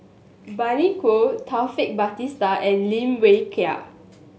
Bani Buang Taufik Batisah and Lim Wee Kiak